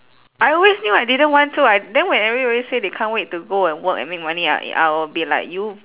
I always knew I didn't want to I then when everybody say they can't wait to go and work and make money I I'll be like you